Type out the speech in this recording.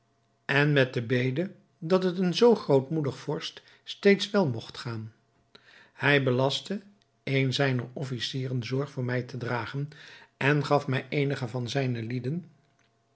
en met de bede dat het een zoo grootmoedig vorst steeds wel mogt gaan hij belastte een zijner officieren zorg voor mij te dragen en gaf mij eenige van zijne lieden